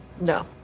No